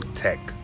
tech